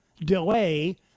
delay